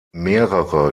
mehrere